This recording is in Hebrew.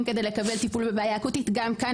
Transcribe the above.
כדי לקבל טיפול בבעיה אקוטית גם כאן,